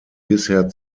bisher